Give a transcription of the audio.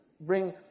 bring